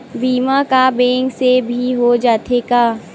बीमा का बैंक से भी हो जाथे का?